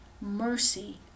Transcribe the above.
Mercy